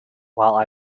while